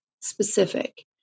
specific